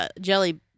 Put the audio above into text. jelly